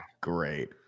Great